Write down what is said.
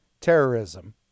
terrorism